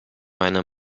meine